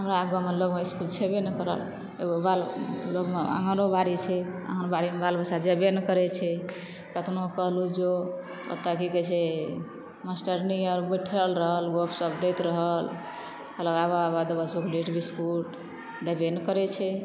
हमरा बगल गाँव म इसकुल छबे नहि करै एगो बगलमे आंगनो बारी छै आँगन बारीमे बाल बच्चा जेबै नहि करै छै कितना कहलहुॅं जो ओतऽ की कहै छै मास्टरनी आर बैठल रहल गप सप दैत रहल कहलक आबऽ आबऽ तऽ इसकुल देबै नहि करै छै